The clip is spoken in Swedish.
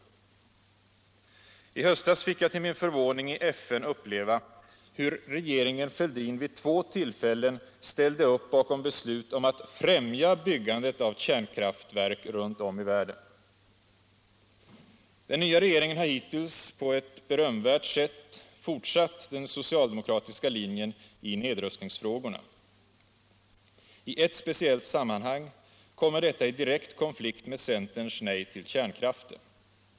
I höstas fick jag till min förvåning i FN uppleva hur regeringen Fälldin vid två tillfäHen ställde upp bakom beslut om att främja byggandet av kärnkraftverk runt om i världen. Den .nya regeringen har hittills på ett berömvärt sätt fortsatt den socialdemokratiska linjen i nedrustningsfrågorna. I ett speciellt sammanhang kommer detta i direkt konflikt med centerns nej till kärnkraften.